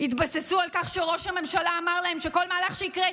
התבססו על כך שראש הממשלה אמר להן שכל מהלך שיקרה,